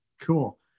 cool